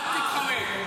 אל תתחמק.